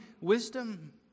wisdom